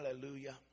Hallelujah